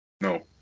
no